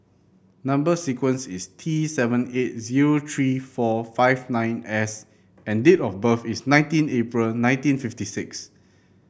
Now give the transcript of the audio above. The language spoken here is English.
number sequence is T seven eight zero three four five nine S and date of birth is nineteen April nineteen fifty six